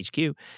hq